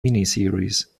miniseries